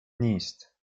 نیست